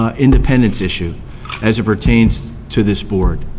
ah independence issue as it pertains to this board.